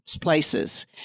places